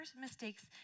mistakes